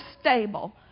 stable